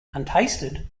untasted